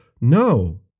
No